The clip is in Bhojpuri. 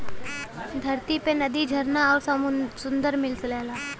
धरती पे नदी झरना आउर सुंदर में मिलला